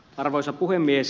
arvoisa puhemies